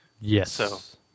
Yes